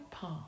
path